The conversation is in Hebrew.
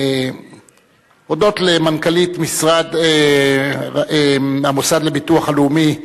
להודות למנכ"לית המוסד לביטוח הלאומי,